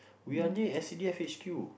we are near S_C_D_F H_Q